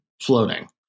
floating